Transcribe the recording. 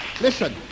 listen